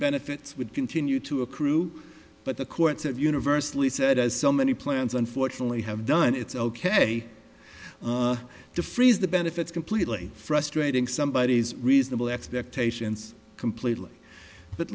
benefits would continue to accrue but the courts have universally said as so many plans unfortunately have done it's ok to freeze the benefits completely frustrating somebodies reasonable expectations completely but